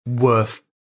worth